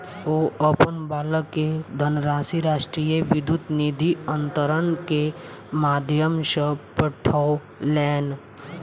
ओ अपन बालक के धनराशि राष्ट्रीय विद्युत निधि अन्तरण के माध्यम सॅ पठौलैन